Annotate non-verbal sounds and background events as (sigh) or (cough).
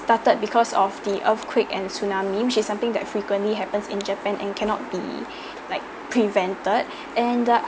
started because of the earthquake and tsunami which is something that frequently happens in japan and cannot be (breath) like prevented (breath) and